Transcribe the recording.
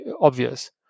obvious